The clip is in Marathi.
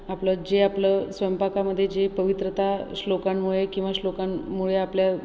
आपलं जे आपलं स्वयंपाकामध्ये जी पवित्रता श्लोकांमुळे किंवा श्लोकां मुळे आपल्या